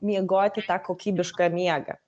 miegoti tą kokybišką miegą